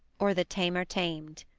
or the tamer tam'd.